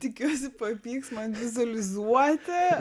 tikiuosi pavyks man vizualizuoti